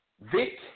Vic